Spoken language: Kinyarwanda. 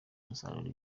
umusaruro